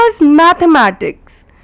mathematics